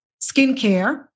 skincare